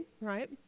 right